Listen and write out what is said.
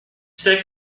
sais